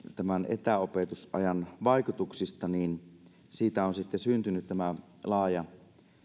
etäopetusajan vaikutuksista niin siitä on sitten syntynyt tämä laaja